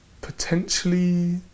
potentially